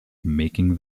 making